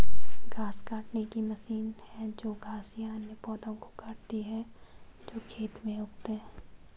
घास काटने की मशीन है जो घास या अन्य पौधों को काटती है जो खेत में उगते हैं